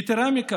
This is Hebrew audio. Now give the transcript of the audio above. יתרה מזו,